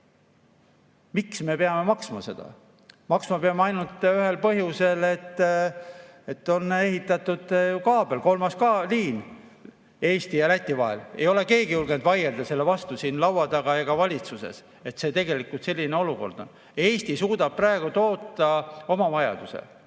Miks me peame maksma seda? Maksma peame ainult ühel põhjusel: on ehitatud kaabel, kolmas liin Eesti ja Läti vahele. Ei ole keegi julgenud siin laua taga ega valitsuses vaielda selle vastu, et tegelikult selline olukord on. Eesti suudab praegu toota oma vajaduse